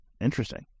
interesting